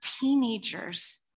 teenagers